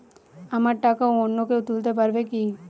আমার টাকা অন্য কেউ তুলতে পারবে কি?